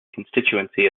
constituency